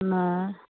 उ नहि